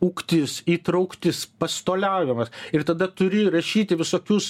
ūgtis įtrauktis pastoliavimas ir tada turi rašyti visokius